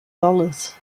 dollars